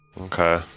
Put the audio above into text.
Okay